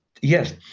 Yes